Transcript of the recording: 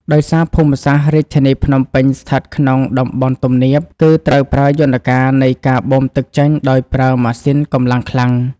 ដោយសារភូមិសាស្ត្ររាជធានីភ្នំពេញស្ថិតក្នុងតំបន់ទំនាប គឺត្រូវប្រើយន្តការនៃការបូមទឹកចេញដោយប្រើម៉ាស៊ីនកម្លាំងខ្លាំង។